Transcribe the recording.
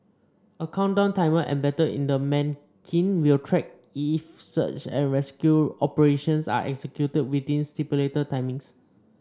a countdown timer embedded in the manikin will track if search and rescue operations are executed within stipulated timings